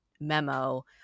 memo